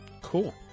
Cool